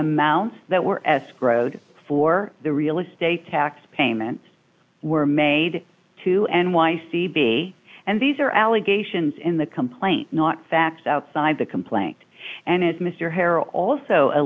amounts that were escrowed for the real estate tax payments were made to n y c b and these are allegations in the complaint not facts outside the complaint and as mr harrell also